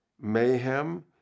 mayhem